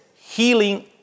healing